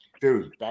Dude